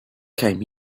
came